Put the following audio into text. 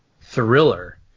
thriller